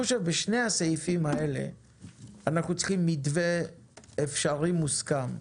בשני הסעיפים האלה אנחנו צריכים מתווה אפשרי מוסכם.